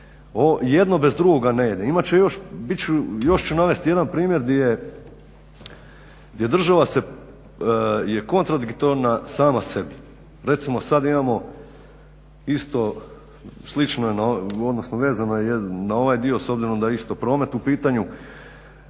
Imat će još, bit ću, još ću navesti jedan primjer di država je kontradiktorna sama sebi. Recimo sad imamo isto slično, odnosno vezano je na ovaj dio s obzirom da je isto promet u pitanju.